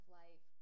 life